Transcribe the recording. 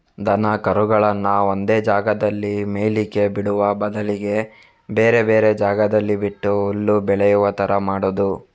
ದನ ಕರುಗಳನ್ನ ಒಂದೇ ಜಾಗದಲ್ಲಿ ಮೇಯ್ಲಿಕ್ಕೆ ಬಿಡುವ ಬದಲಿಗೆ ಬೇರೆ ಬೇರೆ ಜಾಗದಲ್ಲಿ ಬಿಟ್ಟು ಹುಲ್ಲು ಬೆಳೆಯುವ ತರ ಮಾಡುದು